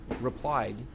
replied